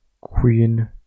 Queen